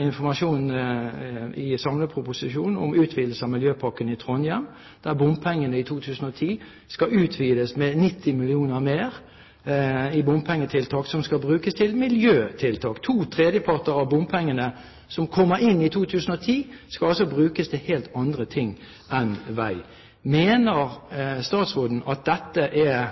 informasjon i samleproposisjonen om utvidelse av miljøpakken i Trondheim, der bompengene i 2010 skal utvides med 90 mill. kr mer til bompengetiltak, som skal brukes til miljøtiltak. To tredjeparter av bompengene som kommer inn i 2010, skal altså brukes til helt andre ting enn til vei. Mener statsråden at dette er